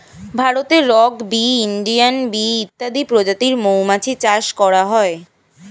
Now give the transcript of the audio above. ভারতে rock bee, Indian bee ইত্যাদি প্রজাতির মৌমাছি চাষ করা হয়